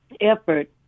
effort